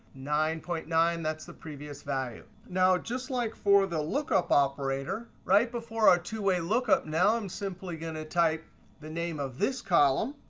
nine point nine, that's the previous value. now just like for the lookup operator right before our two-way lookup, now i'm simply going to type the name of this column,